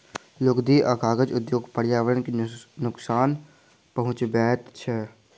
लुगदी आ कागज उद्योग पर्यावरण के नोकसान पहुँचाबैत छै